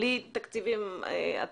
בלי תקציבי עתק,